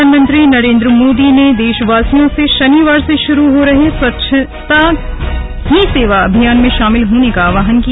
प्रधानमंत्री नरेन्द्रो मोदी ने देशवासियों से शनिवार से शुरू हो रहे स्वौच्छनता ही सेवा अभियान में शामिल होने का आह्वान किया